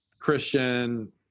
Christian